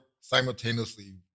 simultaneously